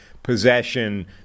Possession